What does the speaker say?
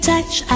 Touch